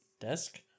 desk